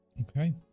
Okay